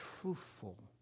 truthful